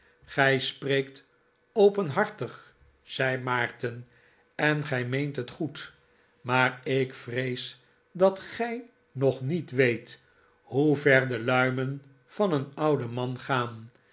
gij spreekt openhartig zei maarten en gij meent het goed maar ik vrees dat gij nog niet weet hoever de luimen van een ouden man gaan